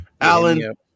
Alan